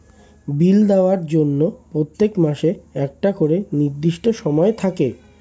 বিল দেওয়ার জন্য প্রত্যেক মাসে একটা করে নির্দিষ্ট সময় থাকে